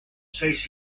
seis